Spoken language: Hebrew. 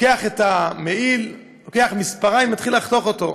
לוקח את המעיל, לוקח מספריים, מתחיל לחתוך אותו.